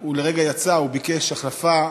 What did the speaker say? הוא לרגע יצא, הוא ביקש החלפה,